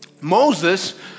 Moses